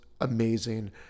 amazing